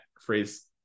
phrase